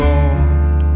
Lord